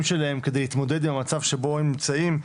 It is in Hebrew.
שלהם כדי להתמודד עם המצב שבו הם נמצאים.